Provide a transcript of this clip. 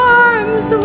arms